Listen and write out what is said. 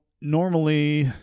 normally